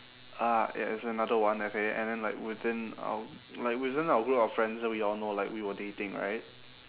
uh i~ it's another one okay and then like within our like within our group of friends so we all know that we were dating right